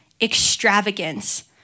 extravagance